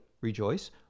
Rejoice